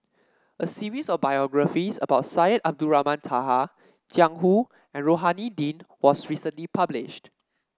a series of biographies about Syed Abdulrahman Taha Jiang Hu and Rohani Din was recently published